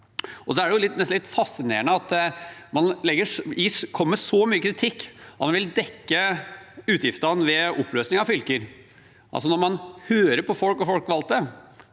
er det nesten litt fascinerende at man kommer med så mye kritikk av at man vil dekke utgiftene ved oppløsning av fylker. Når man hører på folk og folkevalgte